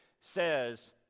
says